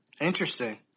Interesting